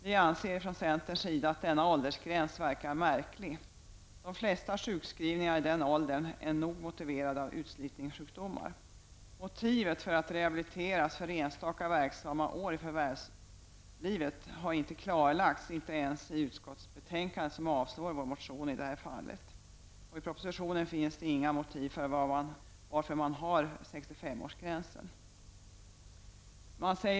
Vi i centern anser att denna åldersgräns är märklig. De flesta sjukskrivningar i den åldern är nog motiverade av utslitningssjukdomar. Motivet för att rehabiliteras för enstaka verksamma månader eller år i förvärvslivet har inte klarlagts ens i utskottsbetänkandet. Utskottet avstyrker vår motion i den frågan. I propositionen finns inga motiv för denna 65-årsgräns.